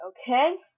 Okay